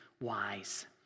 wise